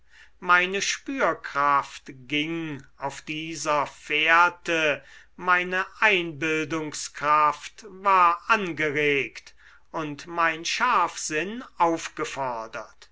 meine spürkraft ging auf dieser fährte meine einbildungskraft war angeregt und mein scharfsinn aufgefordert